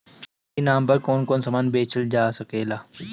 ई नाम पर कौन कौन समान बेचल जा सकेला?